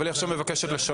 אבל היא עכשיו מבקשת לשנות,